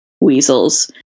weasels